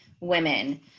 women